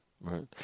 right